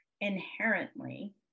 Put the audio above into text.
inherently